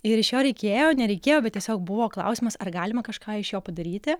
ir iš jo reikėjo nereikėjo bet tiesiog buvo klausimas ar galima kažką iš jo padaryti